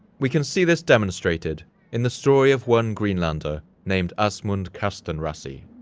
we can see this demonstrated in the story of one green lander named asmund kastanrassi.